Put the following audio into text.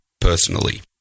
personally